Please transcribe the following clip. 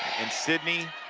and sidney